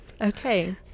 Okay